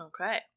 Okay